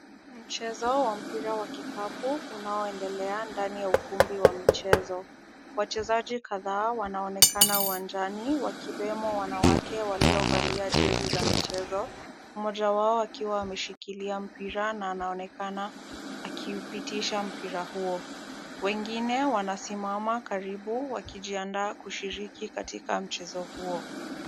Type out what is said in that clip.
Mchezo wa mpira wa kikapu unaoendelea ndani ya ukumbi wa michezo. Wachezaji kadhaa wanaonekana uwanjani wakiwemo wanawake waliovalia jezi za michezo. Mmoja wao akiwa ameshikilia mpira na anaonekana akiupitisha mpira huo. Wengine wanasimama karibu wakijiandaa kushiriki katika mchezo huo.